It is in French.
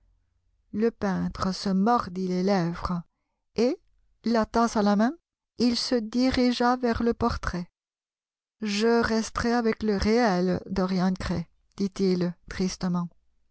le peintre se mordit les lèvres et la tasse à la main il se dirigea vers le portrait je resterai avec le réel dorian gray dit-il tristement